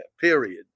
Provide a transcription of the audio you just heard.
period